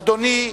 אדוני,